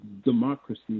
democracy